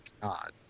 God